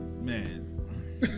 Man